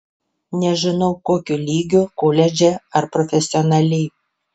nežinau kokiu lygiu koledže ar profesionaliai